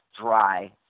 dry